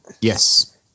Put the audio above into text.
yes